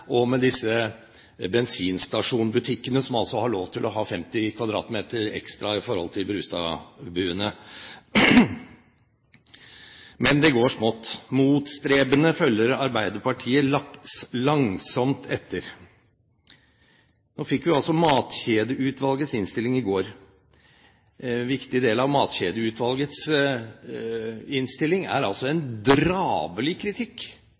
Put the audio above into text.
er, med Brustad-bua, med hagesentrene og bensinstasjonbutikkene som har lov til å ha 50 m2 ekstra i forhold til Brustad-buene. Men det går smått. Motstrebende følger Arbeiderpartiet langsomt etter. Nå fikk vi Matkjedeutvalgets innstilling i går. En viktig del av Matkjedeutvalgets innstilling er en drabelig kritikk